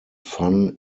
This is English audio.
fun